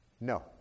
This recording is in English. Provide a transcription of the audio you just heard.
No